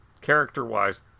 Character-wise